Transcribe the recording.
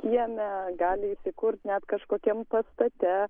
kieme gali įsikurt net kažkokiam pastate